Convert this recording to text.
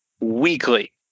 weekly